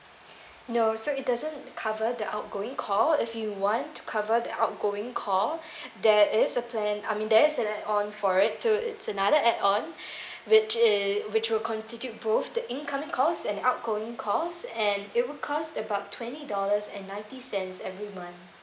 no so it doesn't cover the outgoing call if you want to cover the outgoing call there is a plan I meant there is an add on for it so it's another add on which is which will constitute both the incoming calls and outgoing calls and it will cost about twenty dollars and ninety cents every month